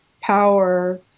power